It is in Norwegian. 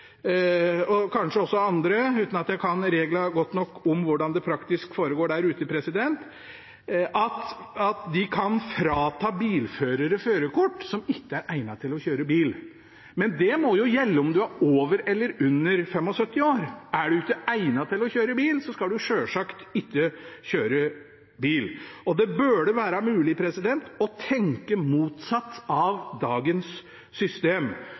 kanskje også andre, uten at jeg kan reglene godt nok for hvordan det rent praktisk foregår der ute, skal kunne frata bilførere som ikke er egnet til å kjøre bil, førerkortet. Men det må gjelde enten man er over eller under 75 år. Er man ikke egnet til å kjøre bil, skal man selvsagt ikke kjøre bil. Det burde være mulig å tenke motsatt av dagens system.